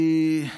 כי אנחנו,